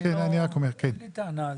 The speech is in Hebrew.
אין לי טענה,